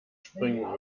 springen